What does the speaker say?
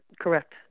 correct